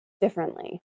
differently